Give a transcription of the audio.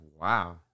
wow